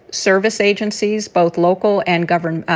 service agencies, both local and government, ah